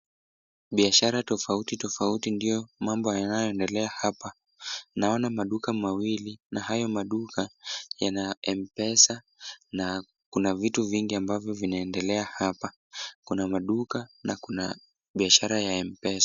Biashara tofauti tofauti ndiyo mambo yanayoendelea hapa. Naona maduka mawili na hayo maduka yana m-pesa na kuna vitu vingi ambavyo vinaendelea hapa. Kuna maduka na kuna biashara ya m-pesa.